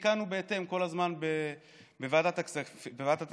ותיקנו בהתאם כל הזמן בוועדת הכספים.